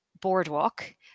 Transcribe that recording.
Boardwalk